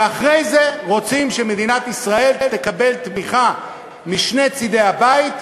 ואחרי זה רוצים שמדינת ישראל תקבל תמיכה משני צדי הבית,